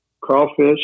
crawfish